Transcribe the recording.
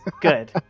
Good